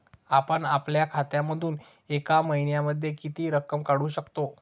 आपण आपल्या खात्यामधून एका महिन्यामधे किती रक्कम काढू शकतो?